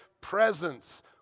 presence